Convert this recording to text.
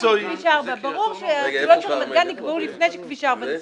את כביש 4. ברור שהגבולות של רמת גן נקבעו לפני שכביש 4 נסלל.